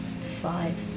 five